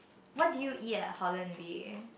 what do you eat at Holland V